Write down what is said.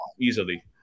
easily